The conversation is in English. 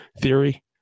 theory